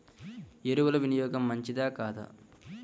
ఎరువుల వినియోగం మంచిదా కాదా?